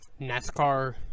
NASCAR